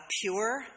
pure